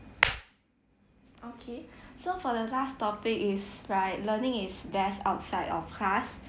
okay so for the last topic is right learning is best outside of class